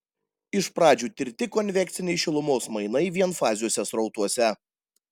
iš pradžių tirti konvekciniai šilumos mainai vienfaziuose srautuose